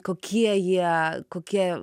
kokie jie kokie